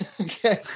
Okay